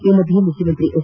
ಈ ಮಧ್ಯೆ ಮುಖ್ಯಮಂತ್ರಿ ಎಚ್